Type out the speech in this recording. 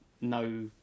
no